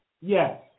Yes